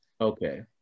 Okay